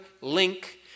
link